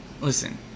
listen